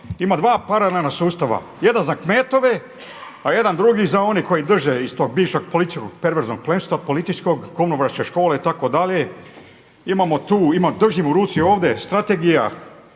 Ima dva paralelna sustava, jedan za kmetove, a jedan drugi za one koji drže iz tog bivšeg političkog perverznog plemstva političkog … škole itd. Držim u ruci ovdje strategija